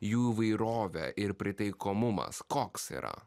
jų įvairovė ir pritaikomumas koks yra